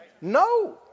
No